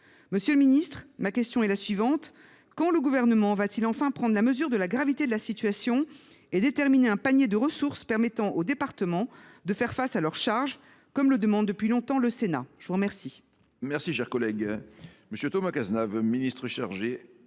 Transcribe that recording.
Monsieur le ministre, ma question est la suivante : quand le Gouvernement va t il enfin prendre la mesure de la gravité de la situation et déterminer un panier de ressources permettant aux départements de faire face à leurs charges, comme le demande depuis longtemps le Sénat ? La parole est à M. le ministre délégué. Madame la sénatrice,